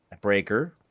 breaker